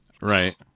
Right